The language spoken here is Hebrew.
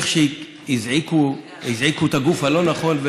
שהזעיקו את הגוף הלא-נכון,